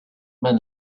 man